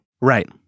Right